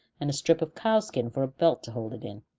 and a strip of cow-skin for a belt to hold it in.